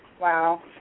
Wow